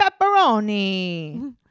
pepperoni